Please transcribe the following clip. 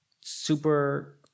super